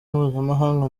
mpuzamahanga